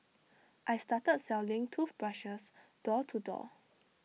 I started selling toothbrushes door to door